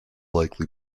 likely